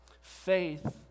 Faith